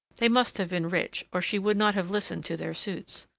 they must have been rich, or she would not have listened to their suits.